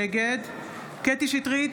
נגד קטי קטרין שטרית,